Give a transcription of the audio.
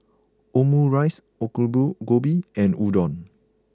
Omurice Alu Gobi and Udon